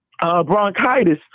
Bronchitis